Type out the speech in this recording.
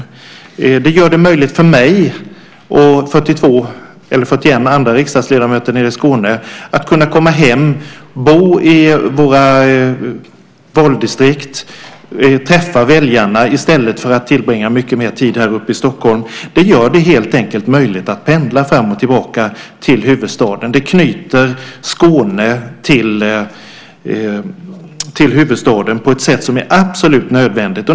Flyget gör det möjligt för mig och 41 andra riksdagsledamöter från Skåne att komma hem, att bo i det egna valdistriktet och att träffa väljarna i stället för att tillbringa mycket mera tid här i Stockholm. Flyget gör det helt enkelt möjligt att pendla till och från huvudstaden, och flyget knyter Skåne till huvudstaden på ett sätt som är absolut nödvändigt.